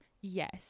Yes